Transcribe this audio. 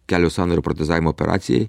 kelio sąnario protezavimo operacijai